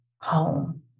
home